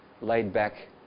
laid-back